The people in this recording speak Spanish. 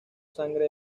sangre